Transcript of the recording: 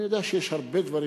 אני יודע שיש הרבה דברים.